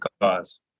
cause